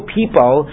people